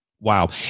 Wow